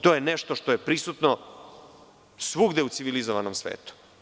To je nešto što je prisutno svugde u civilizovanom svetu.